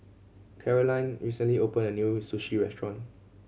Karolyn recently opened a new Sushi Restaurant